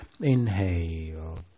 inhale